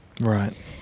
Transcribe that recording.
Right